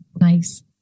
Nice